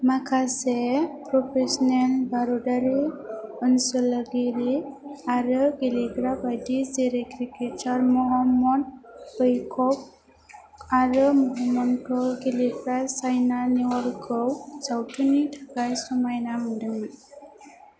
माखासे प्रफेशनेल भारतारि ओनसोलारि आरो गेलेग्राबादि जेरै क्रिकेटार महम्मद बैकफ आरो मोनखौ गेलेग्रा साइना नेहवालखौ सावथुननि थाखाय समायना मोनदोंमोन